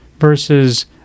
versus